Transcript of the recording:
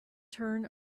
turn